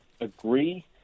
agree